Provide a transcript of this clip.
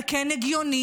זה כן הגיוני.